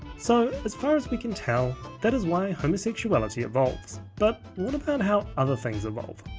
so, as far as we can tell, that is why homosexuality evolves, but what about how other things evolve?